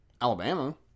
Alabama